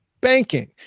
banking